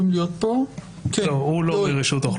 רוצים לשמר אותו כמובן ולשמור את הקשר שבין ישראל